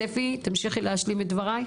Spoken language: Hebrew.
ספי, השלימי את דבריך.